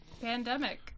pandemic